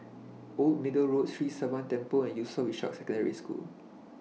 Old Middle Road Sri Sivan Temple and Yusof Ishak Secondary School